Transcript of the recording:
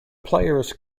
players